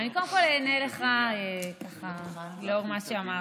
קודם כול אני אענה לך לאור מה שאמרת.